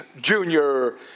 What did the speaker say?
Junior